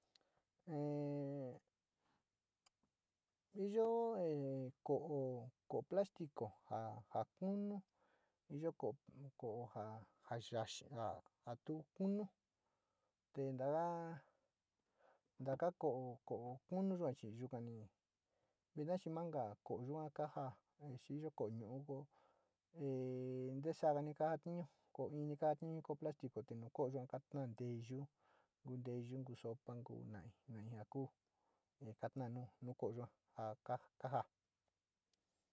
iyó ko'o plastico ja-jakunu iyó ko'o ko'ó já jayaxjá a tuu kunuu, tenda naka ko'o, ko'o kunuu chí yua yikuaní vina chí manka ko'o xhikuan ka'a exhioko niongó he ndexanga, nikateñon ko'o ini ka'a tiño'o ko'o plastico teno ko'o yuan kana'an teyuu kundeyu kuu sopa nguu nai, nai ngangu he nganan nuu nukó yoan ha ka'a kaja.